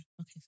okay